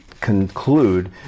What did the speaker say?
conclude